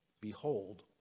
behold